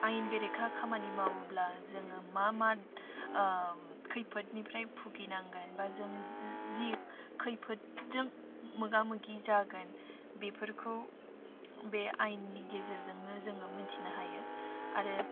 आयेन बेरेखा खामानि मावोब्ला जोङो मा मा खैफोदनिफ्राय भुगिनांगोन बा जों जि खैफोदजों मोगा मोगि जागोन बेफोरखौ बे आयेननि गेजेरजोंनो जोङो मोनथिनो हायो आरो